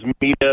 media